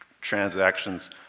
transactions